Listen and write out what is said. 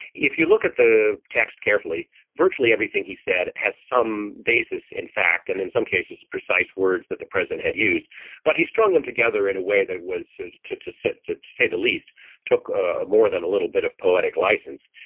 if you look at the text carefully virtually everything he said has some basis in fact and in some cases precise words that the president had used but he strung them together in a way that was to to sit to say the least took ah more than a little bit of poetic license.